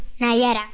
Nayara